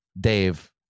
Dave